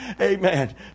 Amen